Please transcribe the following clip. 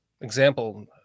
example